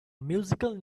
musical